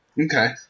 Okay